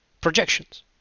Projections